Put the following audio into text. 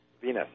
Venus